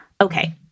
Okay